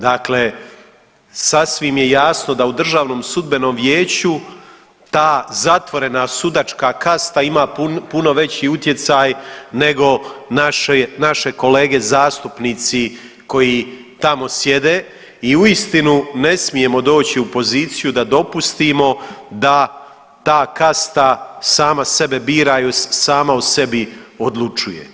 Dakle, sasvim je jasno da u Državnom sudbenom vijeću ta zatvorena sudačka kasta ima puno veći utjecaj nego naše kolege zastupnici koji tamo sjede i uistinu ne smijemo doći u poziciju da dopustimo ga ta kasta sama sebe bira i sama o sebi odlučuje.